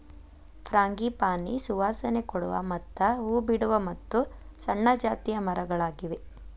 frangipani ಸುವಾಸನೆ ಕೊಡುವ ಮತ್ತ ಹೂ ಬಿಡುವ ಮತ್ತು ಸಣ್ಣ ಜಾತಿಯ ಮರಗಳಾಗಿವೆ